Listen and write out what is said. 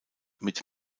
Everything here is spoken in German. mit